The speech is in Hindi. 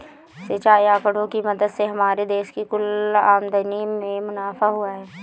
सिंचाई आंकड़े की मदद से हमारे देश की कुल आमदनी में मुनाफा हुआ है